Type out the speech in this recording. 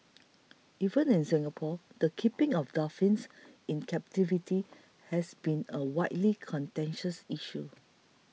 even in Singapore the keeping of dolphins in captivity has been a widely contentious issue